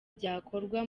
byakorwa